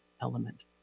element